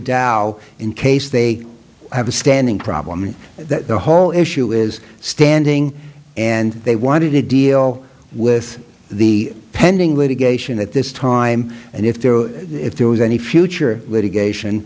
dow in case they have a standing problem and that the whole issue is standing and they want to deal with the pending litigation at this time and if there are if there was any future litigation